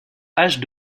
hache